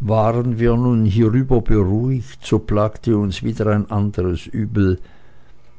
waren wir nun hierüber beruhigt so plagte uns wieder ein anderes übel